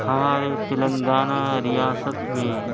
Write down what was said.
ہمارے تلنگانہ ریاست میں